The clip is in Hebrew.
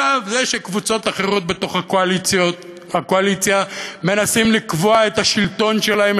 זה שקבוצות אחרות בתוך הקואליציה מנסות לקבוע את השלטון שלהן,